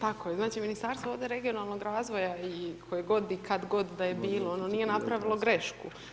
Tako je, Ministarstvo ovdje regionalnog razvoja i koje god i kad god da je bilo ono nije napravilo grešku.